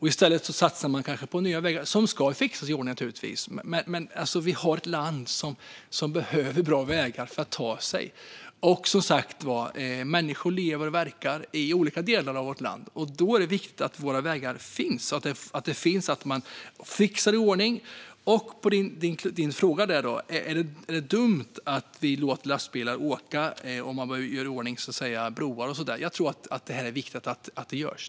I stället har man satsat på nya vägar, och det ska man naturligtvis också göra. Men vi har ett land som behöver bra vägar för att vi ska kunna ta oss fram. Människor lever och verkar som sagt i olika delar av vårt land. Då är det viktigt att våra vägar finns och att man fixar i ordning dem. Daniel Helldén frågar om det är dumt att vi låter lastbilar åka, om vi behöver göra i ordning broar och så vidare. Jag tror att det är viktigt att detta görs.